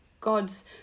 God's